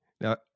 Now